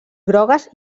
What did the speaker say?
grogues